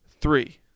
three